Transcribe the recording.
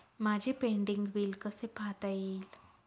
माझे pending bill कसे पाहता येईल?